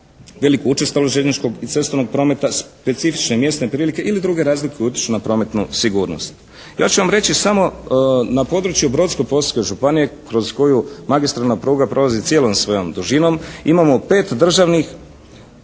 veliku učestalost željezničkog i cestovnog prometa, specifične mjesne prilike ili druge razloge koji utječu na prometnu sigurnost. Ja ću vam reći, samo na području Brodsko-posavske županije kroz koju magistralna prolazi cijelom svojom dužinom imamo pet državnih,